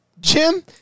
Jim